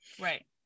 Right